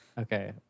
Okay